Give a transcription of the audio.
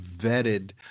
vetted